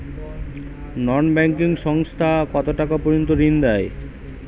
নন banking সংস্থা কতটাকা পর্যন্ত ঋণ দেয়?